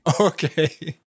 Okay